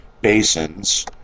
basins